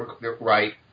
right